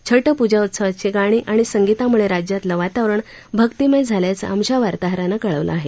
छट पूजा उत्सवाची गाणी आणि संगीतामुळे राज्यातलं वातावरण भक्तीमय झाल्याचं आमच्या वार्ताहरानं कळवलं आहे